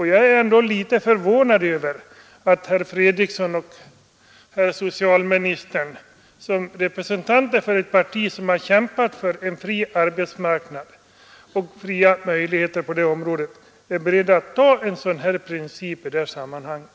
Jag är förvånad över att herr Fredriksson och herr socialministern som representanter för ett parti som har kämpat för en fri arbetsmarknad och fria möjligheter på det området är beredda att införa en sådan här princip när det gäller tandläkarkåren.